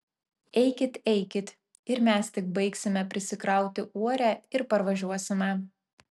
eikit eikit ir mes tik baigsime prisikrauti uorę ir parvažiuosime